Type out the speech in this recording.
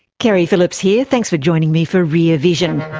keri phillips here. thanks for joining me for rear vision.